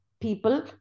people